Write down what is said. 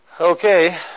Okay